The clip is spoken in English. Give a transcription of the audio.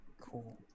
Cool